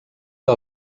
que